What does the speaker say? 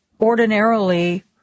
ordinarily